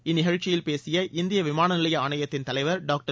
இந்நிகழ்ச்சியில் பேசிய இந்திய விமான நிலைய ஆணையத்தின் தலைவர் டாக்டர்